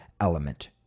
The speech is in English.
element